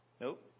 Nope